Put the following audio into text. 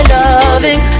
loving